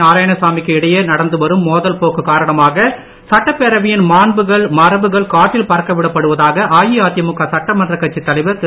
நாராயணசாமி க்கு இடையே நடந்து வரும் மோதல் போக்கு காரணமாக சட்டப்ரேவையின் மாண்புகள் மரபுகள் காற்றில் பறக்கவிடப்படுவதாக அதிமுக சட்டமன்ற கட்சித் தலைவர் திரு